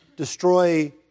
destroy